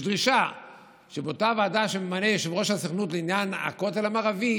יש דרישה שבאותה ועדה שממנה יושב-ראש הסוכנות לעניין הכותל המערבי